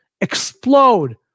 explode